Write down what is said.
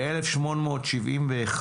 1,871